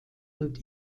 und